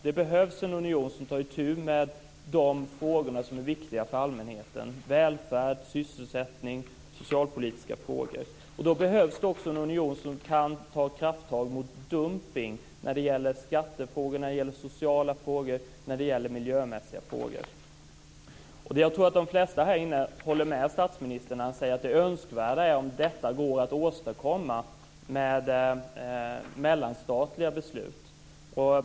Det behövs en union som tar itu med de frågor som är viktiga för allmänheten: Det behövs också en union som kan ta krafttag mot dumpning när det gäller skattefrågor, när det gäller sociala frågor, när det gäller miljömässiga frågor. Jag tror att de flesta här inne håller med statsministern när han säger att det önskvärda är att detta går att åstadkomma med mellanstatliga beslut.